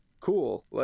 cool